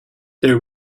there